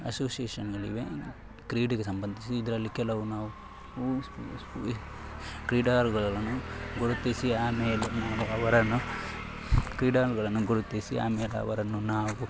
ಅಸೋಶಿಯೇಷನ್ಗಳಿವೆ ಕ್ರೀಡೆಗೆ ಸಂಬಂಧಿಸಿ ಇದರಲ್ಲಿ ಕೆಲವು ನಾವು ಕ್ರೀಡಾಳುಗಳನ್ನು ಗುರುತಿಸಿ ಆಮೇಲೆ ನಾವು ಅವರನ್ನು ಕ್ರೀಡಾಳುಗಳನ್ನು ಗುರುತಿಸಿ ಆಮೇಲೆ ಅವರನ್ನು ನಾವು